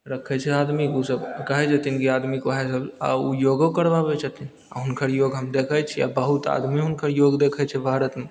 रखै छै आदमीके ओसभ कहै छथिन कि आदमीके वएह आओर ओ योगो करबाबै छथिन आओर हुनकर योग हम देखै छिए बहुत आदमी हुनकर योग देखै छै भारतमे